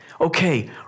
Okay